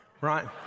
right